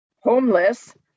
homeless